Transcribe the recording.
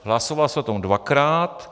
Hlasovalo se o tom dvakrát.